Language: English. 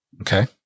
okay